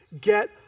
get